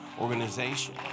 organization